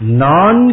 non